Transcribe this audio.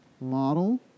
Model